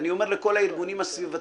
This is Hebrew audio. ואני אומר לכל הארגונים הסביבתיים,